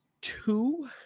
two